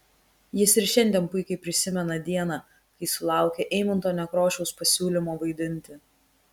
jis ir šiandien puikiai prisimena dieną kai sulaukė eimunto nekrošiaus pasiūlymo vaidinti